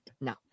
No